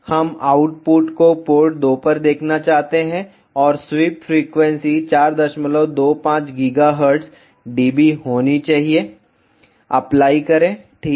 हम आउटपुट को पोर्ट 2 पर देखना चाहते हैं और स्वीप फ्रिक्वेंसी 425 GHz dB होनी चाहिए अप्लाई करें ठीक है